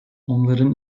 onların